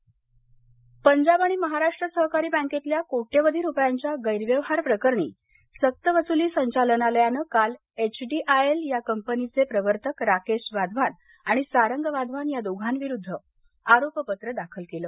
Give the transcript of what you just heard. PMC bank Punjab आणि महाराष्ट्र सहकारी बँकेतल्या कोट्यवधी रुपयांच्या गैरव्यवहार प्रकरणी सक्तव्सुली संघालनालयानं काल एचडीआयएल या कंपनीचे प्रवर्तक राकेश वाधवान आणि सारंग वाधवान या दोघांविरुद्ध आरोपपत्र दाखल केलं